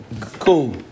cool